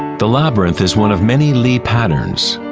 the labyrinth is one of many li patterns.